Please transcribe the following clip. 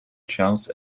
charles